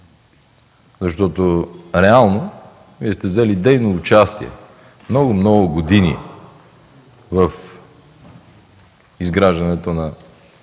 Защото реално Вие сте взели дейно участие много, много години в изграждането на